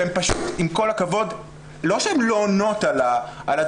שהן פשוט עם כל הכבוד לא שהן לא עונות על הדרישות,